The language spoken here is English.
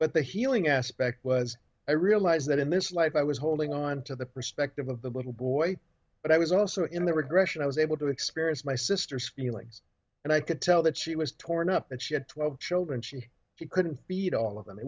but the healing aspect was i i realize that in this life i was holding on to the perspective of the little boy but i was also in the regression i was able to experience my sister's feelings and i could tell that she was torn up that she had twelve children she couldn't beat all of them